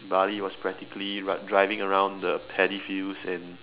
Bali was practically driving around the paddy fields and